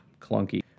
clunky